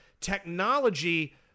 technology